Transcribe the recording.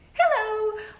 Hello